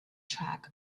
track